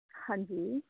ਹਾਂਜੀ